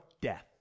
death